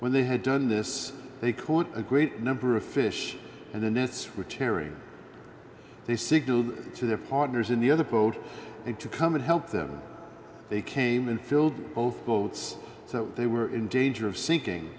when they had done this they caught a great number of fish in the nets which carry they signal to their partners in the other boat and to come and help them they came and filled both boats so they were in danger of sinking